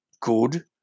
good